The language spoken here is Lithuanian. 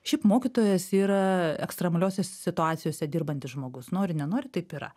šiaip mokytojas yra ekstremaliose situacijose dirbantis žmogus nori nenori taip yra